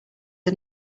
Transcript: are